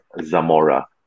Zamora